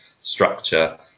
structure